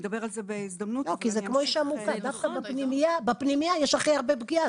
דווקא בפנימייה יש הכי הרבה פגיעה.